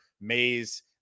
Mays